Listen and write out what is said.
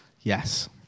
Yes